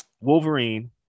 Wolverine